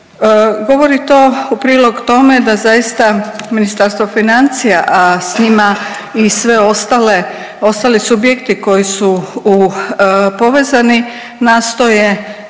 Govori to u prilog tome da zaista Ministarstvo financija, a s njima i sve ostali subjekti koji su u, povezani, nastoje